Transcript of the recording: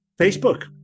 Facebook